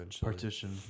partition